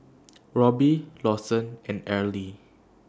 Robby Lawson and Arely